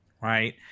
right